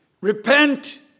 Repent